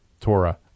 Torah